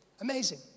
Amazing